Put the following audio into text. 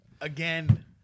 again